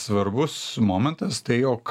svarbus momentas tai jog